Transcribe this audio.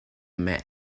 mat